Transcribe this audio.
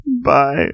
Bye